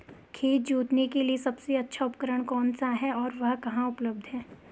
खेत जोतने के लिए सबसे अच्छा उपकरण कौन सा है और वह कहाँ उपलब्ध होगा?